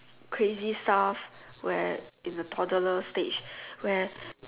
crazy stuff where in the toddler stage where